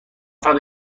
فقط